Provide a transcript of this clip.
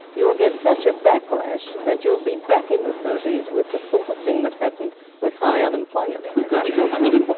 you will get such a backlash that you'll be back in the thirties with the sort of thing that happened with high unemployment. could we go milton.